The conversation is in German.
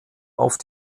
auf